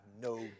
no